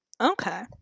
Okay